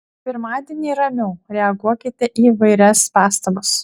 pirmadienį ramiau reaguokite į įvairias pastabas